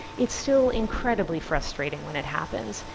it's still incredibly frustrating when it happens,